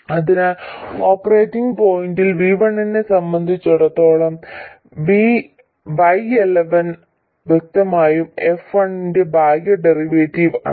അതിനാൽ ഓപ്പറേറ്റിംഗ് പോയിന്റിൽ V1 നെ സംബന്ധിച്ചിടത്തോളം y11 വ്യക്തമായും f1 ന്റെ ഭാഗിക ഡെറിവേറ്റീവ് ആണ്